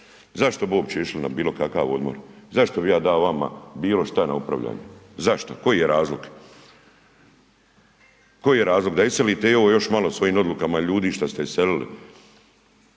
zašto bi uopće išli na bilo kakav odmor, zašto bi ja dao vama bilo šta na upravljanje, zašto? Koji je razlog, koji je razlog da iselite i ovo još malo svojim odlukama ljudi šta ste iselili?